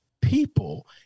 people